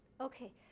Okay